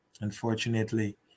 Unfortunately